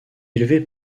élevé